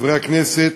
חברי הכנסת,